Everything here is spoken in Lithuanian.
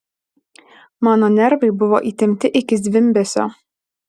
mano nervai buvo įtempti iki zvimbesio